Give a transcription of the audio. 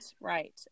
right